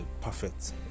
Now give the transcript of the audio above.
perfect